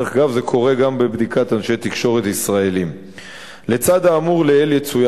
1. האם המקרה